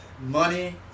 Money